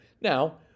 Now